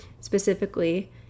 specifically